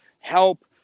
Help